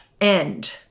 end